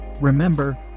Remember